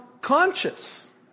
conscious